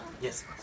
Yes